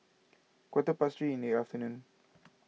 quarter past three in the afternoon